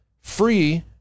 Free